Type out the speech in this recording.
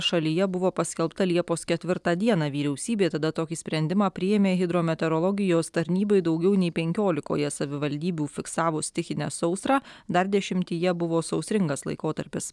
šalyje buvo paskelbta liepos ketvirtą dieną vyriausybė tada tokį sprendimą priėmė hidrometeorologijos tarnybai daugiau nei penkiolikoje savivaldybių fiksavus stichinę sausrą dar dešimtyje buvo sausringas laikotarpis